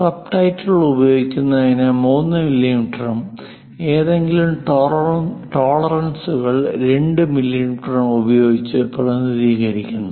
സബ്ടൈറ്റിലുകൾ ഉപയോഗിക്കുന്നതിന് 3 മില്ലിമീറ്ററും ഏതെങ്കിലും ടോളറൻസുകൾ 2 മില്ലിമീറ്റർ ഉപയോഗിച്ച് പ്രതിനിധീകരിക്കുന്നു